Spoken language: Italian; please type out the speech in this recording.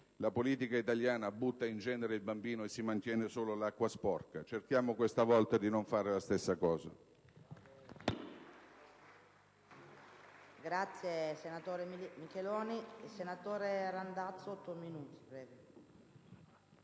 la politica italiana butta il bambino e mantiene l'acqua sporca: cerchiamo questa volta di non fare la stessa cosa.